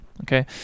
Okay